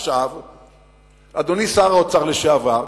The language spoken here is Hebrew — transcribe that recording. אדוני שר האוצר לשעבר,